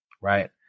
Right